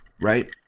right